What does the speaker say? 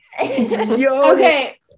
okay